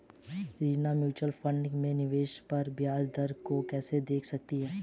Reena mutual fund में निवेश पर ब्याज दर को कैसे देख सकेगी?